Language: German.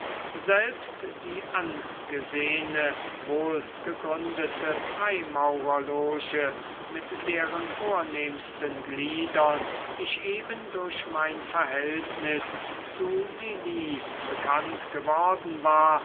selbst die angesehne wohlgegründete freimaurerloge mit deren vornehmsten gliedern ich eben durch mein verhältnis zu lili bekannt geworden war